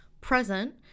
present